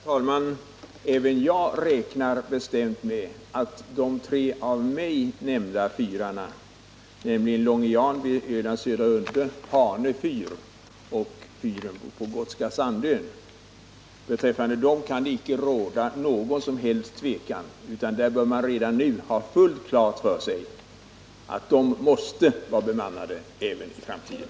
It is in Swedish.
Herr talmän! Även jag räknar bestämt med att det beträffande de tre av mig nämnda fyrarna, Långe Jan vid Ölands södra udde, Hanö fyr och fyren på Gotska Sandön, icke kan råda någon som helst tvekan. Man bör redan nu ha fullt klart för sig att de måste vara bemannade även i framtiden.